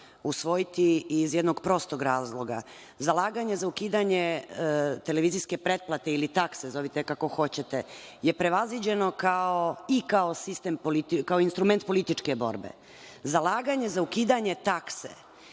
usvojiti iz jednog prostog razloga. Zalaganje za ukidanje televizijske pretplate ili takse, zovite je kako hoćete, je prevaziđeno i kao instrument političke borbe. Zalaganje za ukidanje takse